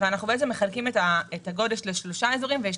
אנחנו מחלקים את הגודש לשלושה אזורים ויש